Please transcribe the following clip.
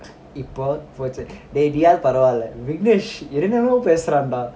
இப்பநீயாவதுபரவல்லடா:ippa niyavadhu paravallada viknesh என்னென்னமோபேசுறாண்டா:ennennanamoo pesuraanda